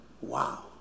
Wow